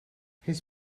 his